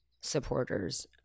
supporters